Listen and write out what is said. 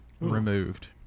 removed